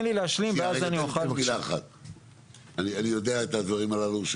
יודע את הדברים הללו,